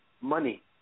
money